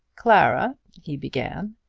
clara, he began,